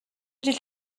жил